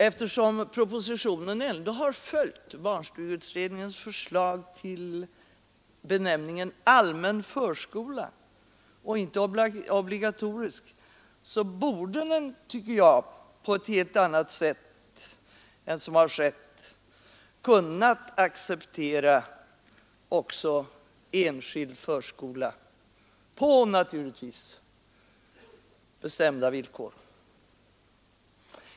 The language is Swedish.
Eftersom propositionen har följt barnstugeutredningens förslag till benämningen allmän förskola och inte obligatorisk, så borde den på ett helt annat sätt än som har skett kunnat acceptera också enskild förskola på — naturligtvis — bestämda villkor.